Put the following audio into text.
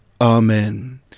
Amen